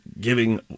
giving